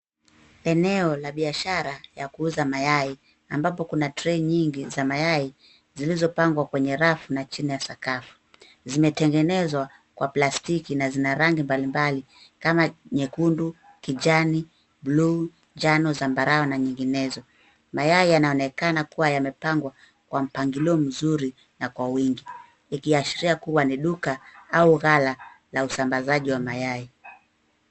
Eneo la biashara ya kuuza mayai ambapo kuna trei nyingi za mayai zilizopangwa kwenye rafu na chini ya sakafu. Zimetengenezwa kwa plastiki na zina rangi mbalimbali kama nyekundu, kijani, buluu, njano, zambarau na nyinginezo. Mayai yanaonekana kuwa yamepangwa kwa mpangilio mzuri na kwa uwingi, ikiashiria kuwa ni duka au ghala la usambazaji wa mayai.